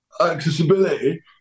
Accessibility